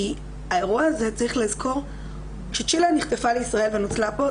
כי צריך לזכור שכאשר צ'ילה נחטפה לישראל ונוצלה פה,